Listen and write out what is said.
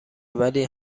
ولی